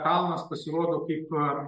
kalnas pasirodo kaip